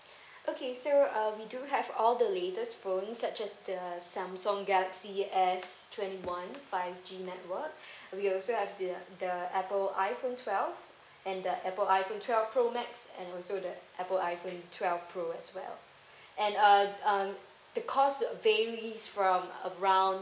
okay so uh we do have all the latest phones such as the samsung G s twenty one five G network we also have the the apple iphone twelve and the apple iphone twelve pro max and also the apple iphone twelve pro as well and uh um the cost varies from around